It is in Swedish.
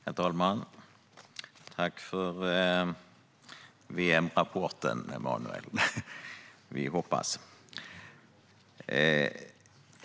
Herr talman! Tack för VM-rapporten, Emanuel! Vi hoppas.